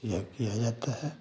यह किए जाते हैं